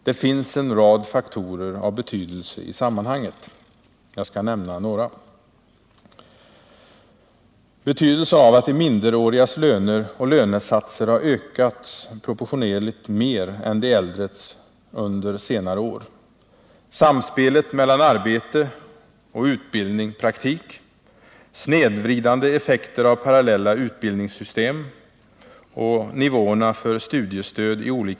Det finns en rad faktorer av betydelse i sammanhanget, och jag skall nämna några: De minderårigas löner och lönesatser har ökats proportionellt mer än de äldres under senare år.